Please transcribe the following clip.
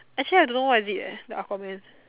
actually I don't know what is it eh the Aquaman